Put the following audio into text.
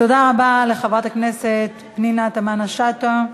תודה רבה לחברת הכנסת פנינה תמנו-שטה.